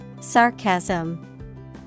Sarcasm